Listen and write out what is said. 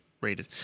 rated